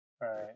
Right